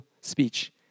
speech